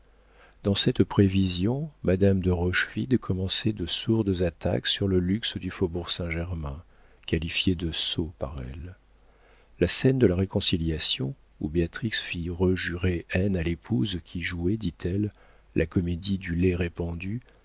dans cette prévision madame de rochefide commençait de sourdes attaques sur le luxe du faubourg saint-germain qualifié de sot par elle la scène de la réconciliation où béatrix fit jurer haine à l'épouse qui jouait dit-elle la comédie du lait répandu